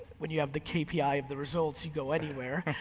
when you have the kpi of the results you go anywhere.